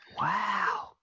Wow